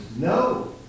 No